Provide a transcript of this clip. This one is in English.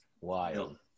wild